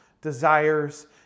desires